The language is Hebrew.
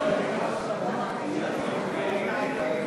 המכר (דירות)